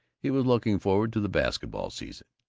he was looking forward to the basket-ball season,